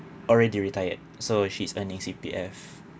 already retired so she's earning C_P_F